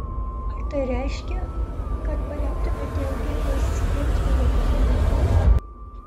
ar tai reiškia kad paremtumėte eugenijaus gentvilo kandidatūrą